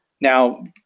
Now